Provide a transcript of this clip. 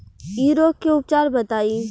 इ रोग के उपचार बताई?